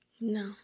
No